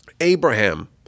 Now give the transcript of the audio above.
Abraham